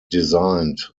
designed